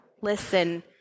listen